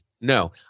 No